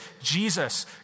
Jesus